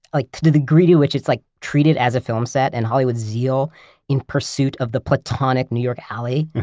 like the degree to which it's like treated as a film set, and hollywood's zeal in pursuit of the plutonic new york alley,